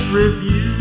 review